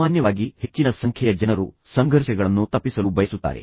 ಸಾಮಾನ್ಯವಾಗಿ ಹೆಚ್ಚಿನ ಸಂಖ್ಯೆಯ ಜನರು ಸಂಘರ್ಷಗಳನ್ನು ತಪ್ಪಿಸಲು ಬಯಸುತ್ತಾರೆ